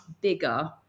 bigger